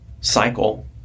cycle